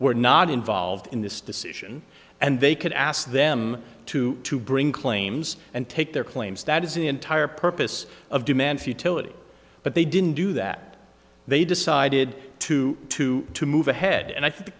were not involved in this decision and they could ask them to to bring claims and take their claims that is the entire purpose of demand futility but they didn't do that they decided to to move ahead and i think the